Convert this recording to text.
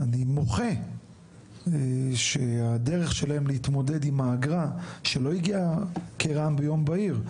אני מוחה שהדרך שלהם להתמודד עם האגרה שלא הגיעה כרעם ביום בהיר,